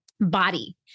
body